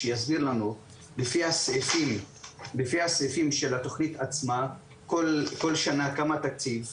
שיסביר לנו לפי הסעיפים של התכנית עצמה כל שנה כמה תקציב,